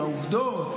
עם העובדות,